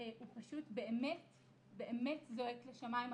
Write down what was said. הוא פשוט באמת-באמת זועק לשמיים.